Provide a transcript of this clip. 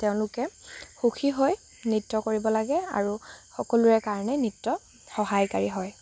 তেওঁলোকে সুখী হৈ নৃত্য কৰিব লাগে আৰু সকলোৰে কাৰণে নৃত্য সহায়কাৰী হয়